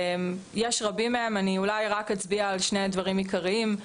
יש רבים, אני אולי רק אצביע על שני דברים עיקריים.